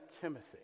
Timothy